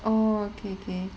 oh okay okay